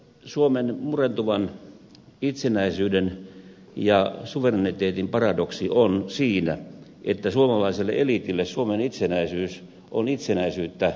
suomen murentuvan itsenäisyyden ja suvereniteetin paradoksi on siinä että suomalaiselle eliitille suomen itsenäisyys on itsenäisyyttä venäjästä